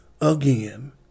again